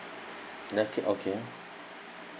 yes okay